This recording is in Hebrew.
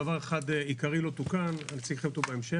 דבר אחד עיקרי לא תוקן, נציג לכם אותו בהמשך.